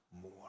more